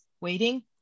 waiting